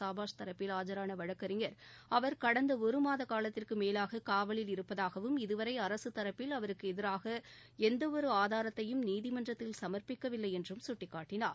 சாபாஷ் தரப்பில் ஆஜரான வழக்கறிஞர் அவர் கடந்த ஒரு மாத காலத்திற்கு மேலாக காவலில் இருப்பதாகவும் இது வரை அரசு தரப்பில் அவருக்கு எதிராக எந்த ஒரு ஆதாயத்தையும் நீதிமன்றத்தில் சமர்ப்பிக்கவில்லை என்றும் சுட்டிகாட்டினார்